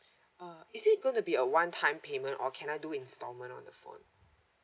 uh is it gonna be a one time payment or can I do installment on the phone